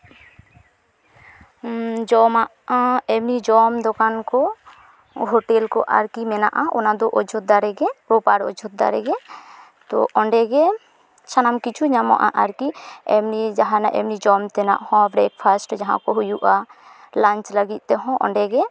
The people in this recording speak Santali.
ᱡᱚᱢᱟᱜ ᱮᱢᱱᱤ ᱡᱚᱢ ᱫᱚᱠᱟᱱ ᱠᱚ ᱦᱳᱴᱮᱞ ᱠᱚ ᱟᱨᱠᱤ ᱢᱮᱱᱟᱜᱼᱟ ᱚᱱᱟ ᱫᱚ ᱚᱡᱳᱫᱽᱫᱷᱟ ᱨᱮᱜᱮ ᱵᱚᱠᱟᱨᱚ ᱚᱡᱳᱫᱽᱫᱷᱟ ᱨᱮᱜᱮ ᱛᱚ ᱚᱸᱰᱮ ᱜᱮ ᱥᱟᱱᱟᱢ ᱠᱤᱪᱷᱩ ᱧᱟᱢᱚᱜᱼᱟ ᱟᱨᱠᱤ ᱮᱢᱱᱤ ᱡᱟᱦᱟᱱᱟᱜ ᱮᱢᱱᱤ ᱡᱚᱢ ᱛᱮᱱᱟᱜ ᱦᱚᱸ ᱵᱨᱮᱠ ᱯᱷᱟᱥᱴ ᱡᱟᱦᱟᱸ ᱠᱚ ᱦᱩᱭᱩᱜᱼᱟ ᱞᱟᱧᱪ ᱞᱟᱹᱜᱤᱫ ᱛᱮᱦᱚᱸ ᱚᱸᱰᱮ ᱜᱮ